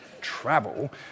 travel